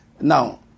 Now